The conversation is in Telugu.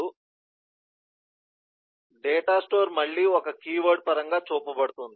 కాబట్టి డేటా స్టోర్ మళ్ళీ ఒక కీవర్డ్ పరంగా చూపబడుతుంది